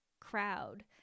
crowd